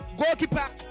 goalkeeper